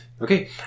Okay